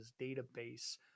database